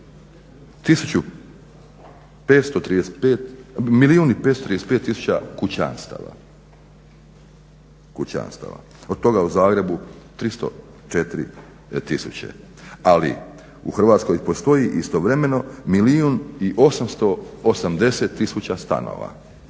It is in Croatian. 1 535 000 kućanstava, od toga u Zagrebu 304 000, ali u Hrvatskoj postoji istovremeno 1 880 000 stanova,